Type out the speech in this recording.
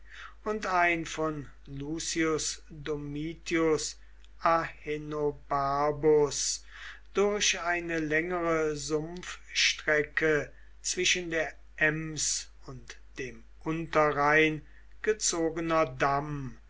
und ein von lucius domitius ahenobarbus durch eine längere sumpfstrecke zwischen der eins und dem unterrhein gezogener damm